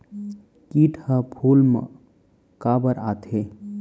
किट ह फूल मा काबर आथे?